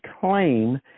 claim